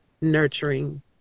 Nurturing